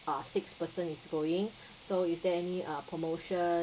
uh six person is going so is there any uh promotion